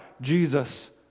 Jesus